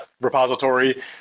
repository